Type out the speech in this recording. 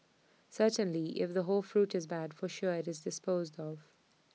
certainly if the whole fruit is bad for sure IT is disposed of